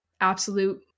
absolute